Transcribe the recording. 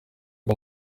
rwo